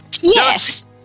yes